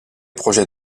projets